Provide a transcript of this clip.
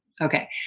Okay